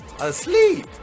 Asleep